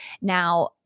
Now